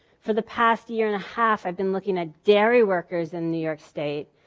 for the past year and a half, i've been looking at dairy workers in new york state.